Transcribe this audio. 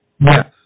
Yes